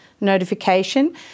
Notification